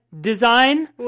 design